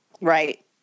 Right